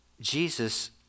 Jesus